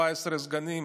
14 סגנים,